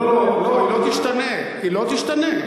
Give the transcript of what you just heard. לא לא, היא לא תשתנה, היא לא תשתנה.